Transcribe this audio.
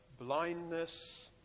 blindness